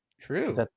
True